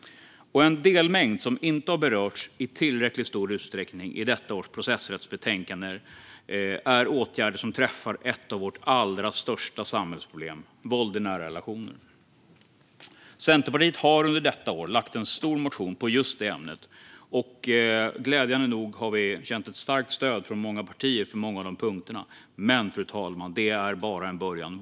En delmängd som inte har berörts i tillräckligt stor utsträckning i detta års processrättsbetänkande är åtgärder som träffar ett av vårt allra största samhällsproblem, nämligen våld i nära relationer. Centerpartiet har under detta år väckt en stor motion på just det ämnet, och glädjande nog har vi känt ett starkt stöd från många partier på många av punkterna. Men, fru talman, detta är bara en början.